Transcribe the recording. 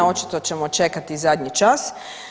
Očito ćemo čekati zadnji čas.